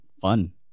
fun